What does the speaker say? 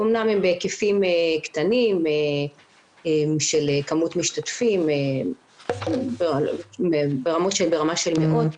אמנם הן בהיקפים קטנים עם מספר משתתפים ברמה של מאות,